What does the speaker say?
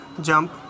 jump